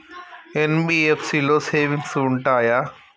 NBFC లో savings ఉంటయా?